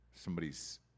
somebody's